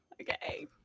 Okay